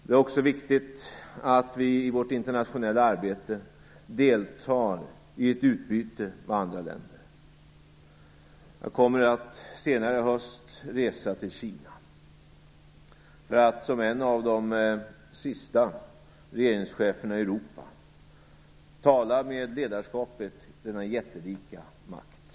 Det är också viktigt att vi i vårt internationella arbete deltar i ett utbyte med andra länder. Jag kommer senare i höst att resa till Kina för att som en av de sista regeringscheferna i Europa tala med ledarskapet i denna jättelika makt.